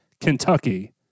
Kentucky